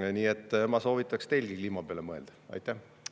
Nii et ma soovitaks teilgi kliima peale mõelda. Aitäh!